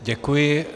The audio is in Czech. Děkuji.